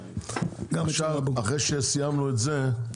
אחרי שסיימנו את זה,